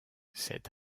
cet